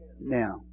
Now